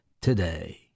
today